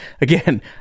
again